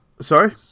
Sorry